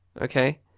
okay